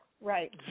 Right